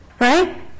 Right